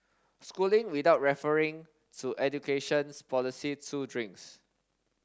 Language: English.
schooling without referring to educations policy two drinks